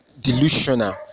delusional